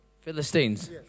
Philistines